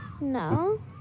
No